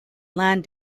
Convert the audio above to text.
land